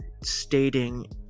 stating